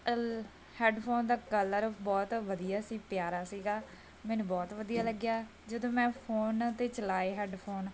ਅਲ headphone ਦਾ colour ਬਹੁਤ ਵਧੀਆ ਸੀ ਪਿਆਰਾ ਸੀਗਾ ਮੈਨੂੰ ਬਹੁਤ ਵਧੀਆ ਲੱਗਿਆ ਜਦੋਂ ਮੈਂ ਫੋਨ 'ਤੇ ਚਲਾਏ ਹੈੱਡਫੋਨ